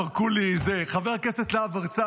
חבר הכנסת אבי מעוז,